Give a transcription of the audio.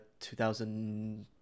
2000